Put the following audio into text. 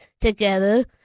together